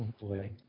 boy